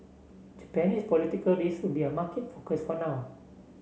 Japanese political risk will be a market focus for now